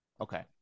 Okay